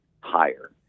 higher